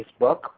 Facebook